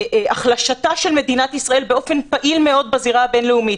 בהחלשתה של מדינת ישראל באופן פעיל מאוד בזירה הבין-לאומית,